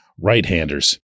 right-handers